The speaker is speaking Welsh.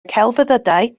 celfyddydau